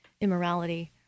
immorality